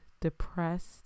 Depressed